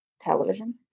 television